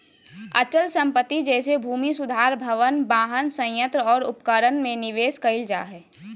अचल संपत्ति जैसे भूमि सुधार भवन, वाहन, संयंत्र और उपकरण में निवेश कइल जा हइ